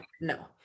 no